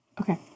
Okay